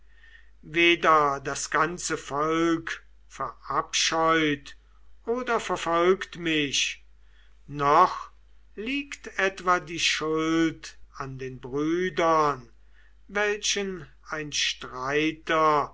weder das ganze volk verabscheut oder verfolgt mich noch liegt etwa die schuld an den brüdern welchen ein streiter